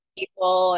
people